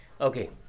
okay